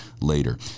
later